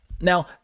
Now